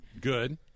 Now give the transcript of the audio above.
Good